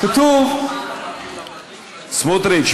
סמוטריץ,